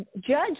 judge